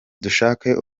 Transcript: dushaka